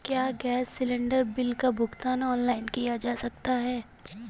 क्या gas cylinder bill का भुगतान ऑनलाइन किया जा सकता है?